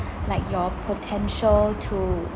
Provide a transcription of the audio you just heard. like your potential to